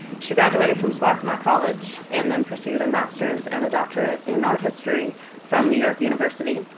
she graduated from swarthmore college and then proceeded a master's and a doctorate in art history from new york university.